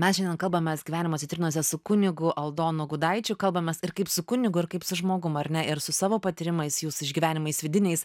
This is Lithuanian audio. mes šiandien kalbamės gyvenimo citrinose su kunigu aldonu gudaičiu kalbamės ir kaip su kunigu ir kaip su žmogum ar ne ir su savo patyrimais jūsų išgyvenimais vidiniais